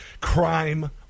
crime